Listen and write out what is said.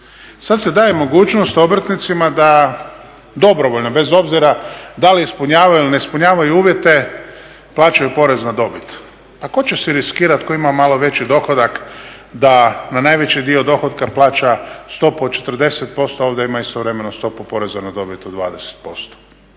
Sad se daje mogućnost obrtnicima da dobrovoljno, bez obzira da li ispunjavanju ili ne ispunjavaju uvjete, plaćaju porez na dobit. Pa tko će si riskirati tko ima malo veći dohodak da na najveći dio dohotka plaća stopu od 40%, a ovdje ima istovremeno stopu poreza na dobit od 20%?